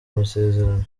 amasezerano